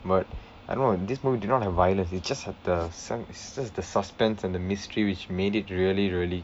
but I don't know this movie did not have violence it's just have the sa~ sus~ is the suspense and the mystery which made it really really